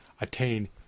attain